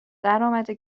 درآمده